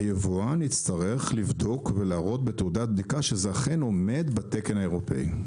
היבואן יצטרך לבדוק ולהראות בתעודת בדיקה שזה אכן עומד בתקן האירופאי.